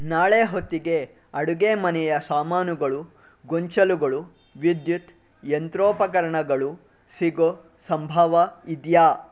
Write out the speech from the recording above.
ನಾಳೆ ಹೊತ್ತಿಗೆ ಅಡುಗೆ ಮನೆಯ ಸಾಮಾನುಗಳು ಗೊಂಚಲುಗಳು ವಿದ್ಯುತ್ ಯಂತ್ರೋಪಕರಣಗಳು ಸಿಗೊ ಸಂಭವ ಇದೆಯಾ